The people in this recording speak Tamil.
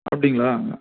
அப்படிங்களா